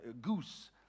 Goose